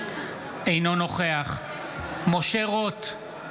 אינו נוכח משה רוט,